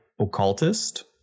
occultist